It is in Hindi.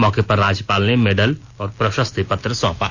मौके पर राज्यपाल ने मेडल और प्रशस्ति पत्र सौंपा